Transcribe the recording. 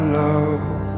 love